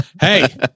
Hey